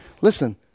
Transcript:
listen